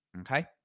okay